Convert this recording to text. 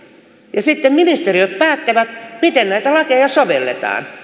ja sitten ministeriöt päättävät miten näitä lakeja sovelletaan